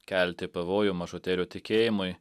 kelti pavojų mažutėlių tikėjimui